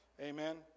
Amen